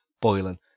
boiling